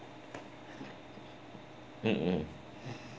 mmhmm